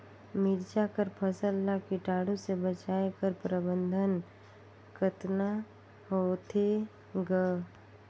मिरचा कर फसल ला कीटाणु से बचाय कर प्रबंधन कतना होथे ग?